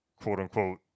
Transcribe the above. quote-unquote